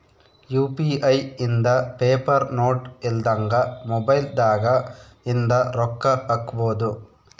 UPI ಇಂದ paper note ಇಲ್ದಂಗ mobile ದಾಗ ಇಂದ ರೊಕ್ಕ ಹಕ್ಬೊದು